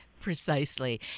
Precisely